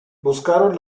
buscaron